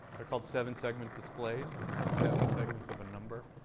they're called seven segment displays, because it's seven segments of a number.